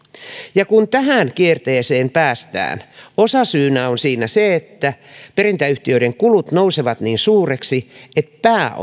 ja kun tähän kierteeseen päästään osasyynä on siinä se että perintäyhtiöiden kulut nousevat niin suuriksi että